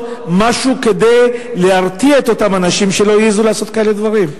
משהו כדי להרתיע את אותם אנשים שלא יעזו לעשות כאלה דברים?